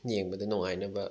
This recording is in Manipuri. ꯌꯦꯡꯕꯗ ꯅꯨꯉꯥꯏꯅꯕ